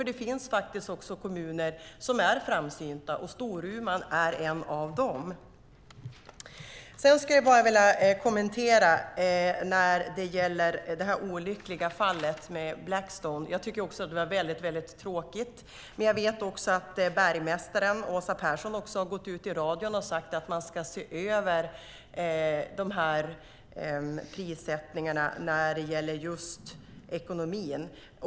Det finns kommuner som är framsynta, och Storuman är en av dem. Sedan skulle jag vilja kommentera det olyckliga fallet med Blackstone Nickel. Det var väldigt tråkigt. Jag vet också att bergmästaren Åsa Persson har gått ut i radion och sagt att man ska se över prissättningarna när det gäller ekonomin.